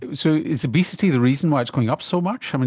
so is obesity the reason why it's going up so much? and